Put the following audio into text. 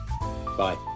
Bye